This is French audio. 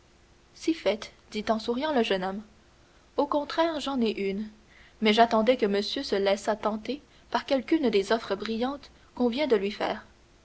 si fait dit en souriant le jeune homme au contraire j'en ai une mais j'attendais que monsieur se laissât tenter par quelqu'une des offres brillantes qu'on vient de lui faire